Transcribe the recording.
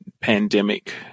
pandemic